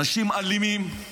אנשים אלימים, כוחניים,